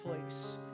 place